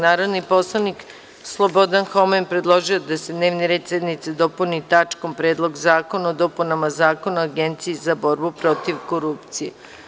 Narodni poslanik Slobodan Homen predložio je da se dnevni red sednice dopuni tačkom – Predlog zakona o dopunama Zakona o Agenciji za borbu protiv korupcije.